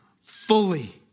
fully